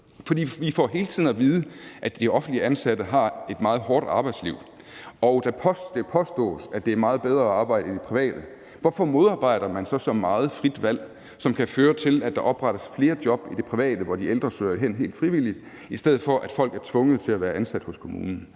for vi får hele tiden at vide, at de offentligt ansatte har et meget hårdt arbejdsliv, og det påstås, at det er meget bedre at arbejde i det private. Hvorfor modarbejder man så meget frit valg, som kan føre til, at der oprettes flere job i det private, hvor de ældre søger hen helt frivilligt, i stedet for at folk er tvunget til at være ansat hos kommunen?